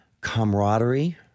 camaraderie